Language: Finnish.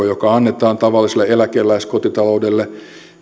joka annetaan tavalliselle eläkeläiskotitaloudelle